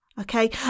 Okay